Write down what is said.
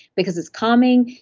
because it's calming,